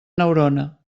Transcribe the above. neurona